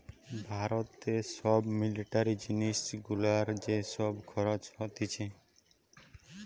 ভারতে সব মিলিটারি জিনিস গুলার যে সব খরচ হতিছে